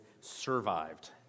survived